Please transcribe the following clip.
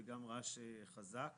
דיברנו על שטח, ולשמור על שטח פתוח,